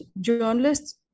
journalists